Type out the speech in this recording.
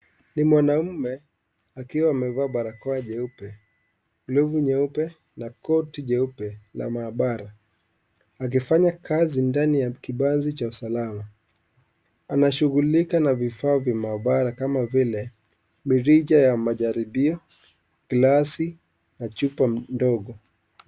Ni mwanamme akiwa amevaa barakoa jeupe, glovu nyeupe na koti jeupe la maabara akifanya kazi ndani ya kibanzi cha usalama, anashugulika na vifaa vya maabara kama vile murija ya majaribio, glasi na chupa ndogo.